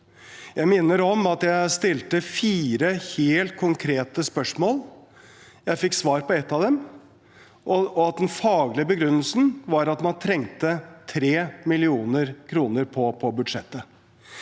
Jeg minner om at jeg stilte fire helt konkrete spørsmål. Jeg fikk svar på ett av dem, og den faglige begrunnelsen var at man trengte 3 mill. kr på budsjettet.